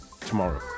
tomorrow